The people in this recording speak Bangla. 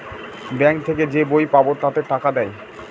ব্যাঙ্ক থেকে যে বই পাবো তাতে টাকা দেয়